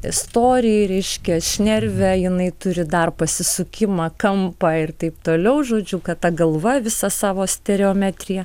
istoriją ir reiškia šnervę jinai turi dar pasisukimą kampą ir taip toliau žodžiu kad ta galva visa savo stereometrija